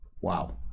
Wow